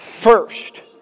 first